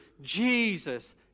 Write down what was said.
Jesus